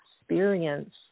experience